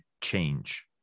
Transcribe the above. change